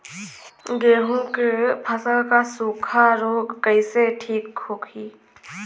गेहूँक फसल क सूखा ऱोग कईसे ठीक होई?